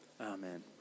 Amen